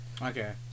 Okay